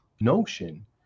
notion